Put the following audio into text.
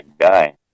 guy